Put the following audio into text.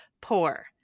poor